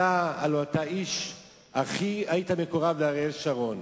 הלוא אתה האיש שהיה הכי מקורב לאריאל שרון,